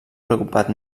preocupat